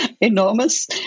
Enormous